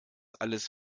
alles